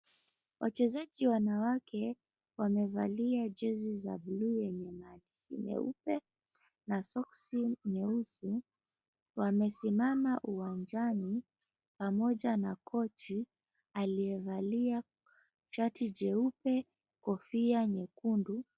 Wachezaji wanawake wamevalia jezi za buluu yenye maandishi nyeupe na soksi nyeusi. Wamesimama uwanjani pamoja na kochi aliyevalia shati jeupe, kofia nyekundu.